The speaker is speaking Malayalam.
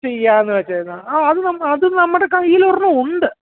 ചെയ്യാവുന്നതക്കേര്ന്നോ ആ അത് നമ്മൾ അത് നമ്മുടെ കയ്യിൽ ഒരെണ്ണം ഉണ്ട്